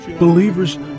Believers